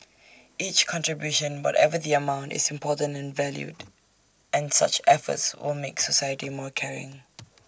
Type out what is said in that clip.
each contribution whatever the amount is important and valued and such efforts will make society more caring